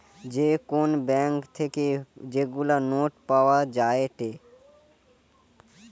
যে কোন ব্যাঙ্ক থেকে যেগুলা নোট পাওয়া যায়েটে